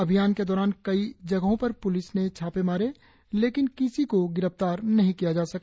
अभियान के दौरान कई जगहों पर पुलिस ने छापे मारे लेकिन किसी को गिरफ्तार नहीं किया जा सका